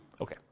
Okay